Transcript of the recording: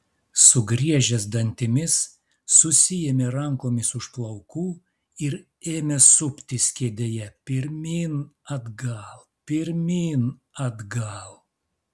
sugriežęs dantimis susiėmė rankomis už plaukų ir ėmė suptis kėdėje pirmyn atgal pirmyn atgal